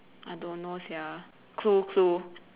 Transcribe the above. I don't know sia clue clue